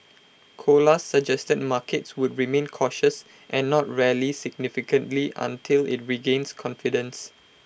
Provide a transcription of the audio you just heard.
Colas suggested markets would remain cautious and not rally significantly until IT regains confidence